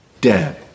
dead